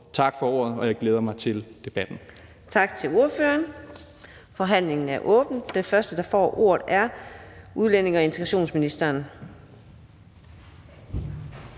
Tak for ordet, og jeg glæder mig til debatten.